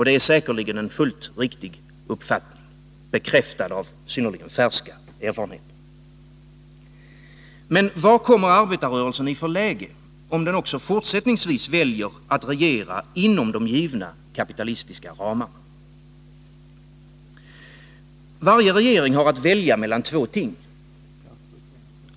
Det är säkerligen en fullt riktig uppfattning, bekräftad av synnerligen färska erfarenheter. Men vad kommer arbetarrörelsen i för läge, om den också fortsättningsvis väljer att regera inom de givna kapitalistiska ramarna? Varje regering har att välja mellan två ting.